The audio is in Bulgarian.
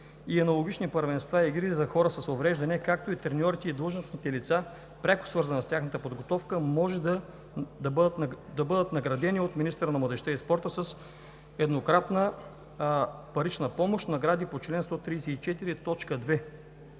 и аналогични първенства и игри за хора с увреждания, както и треньорите и длъжностните лица, пряко свързани с тяхната подготовка, може да бъдат наградени от министъра на младежта и спорта с еднократна парична помощ, награди по чл. 134,